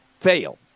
fail